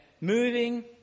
moving